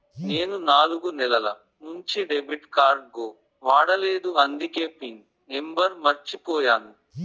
నేను నాలుగు నెలల నుంచి డెబిట్ కార్డ్ వాడలేదు అందికే పిన్ నెంబర్ మర్చిపోయాను